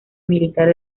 militar